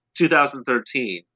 2013